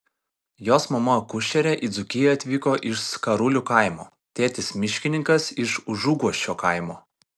jos mama akušerė į dzūkiją atvyko iš skarulių kaimo tėtis miškininkas iš užuguosčio kaimo